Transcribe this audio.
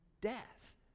death